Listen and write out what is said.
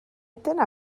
dyna